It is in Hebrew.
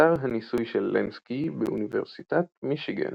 אתר הניסוי של לנסקי באוניברסיטת מישיגן